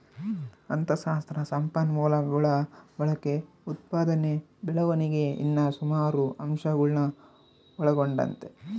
ಅಥಶಾಸ್ತ್ರ ಸಂಪನ್ಮೂಲಗುಳ ಬಳಕೆ, ಉತ್ಪಾದನೆ ಬೆಳವಣಿಗೆ ಇನ್ನ ಸುಮಾರು ಅಂಶಗುಳ್ನ ಒಳಗೊಂಡತೆ